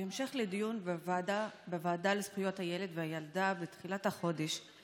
בהמשך לדיון בוועדה לזכויות הילד והילדה בתחילת החודש,